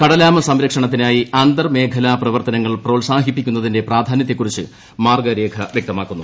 കടലാമ സംരക്ഷണത്തിനായി അന്തർ മേഖലാ പ്രവർത്തനങ്ങൾ പ്രോത്സാഹിപ്പിക്കുന്നതിന്റെ പ്രാധാന്യത്തെക്കുറിച്ച് മാർഗരേഖ വ്യക്തമാക്കുന്നു